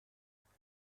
میکنی